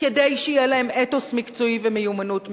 כדי שיהיה להם אתוס מקצועי ומיומנות מקצועית.